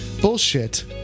Bullshit